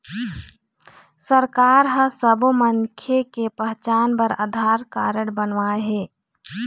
सरकार ह सब्बो मनखे के पहचान बर आधार कारड बनवाए हे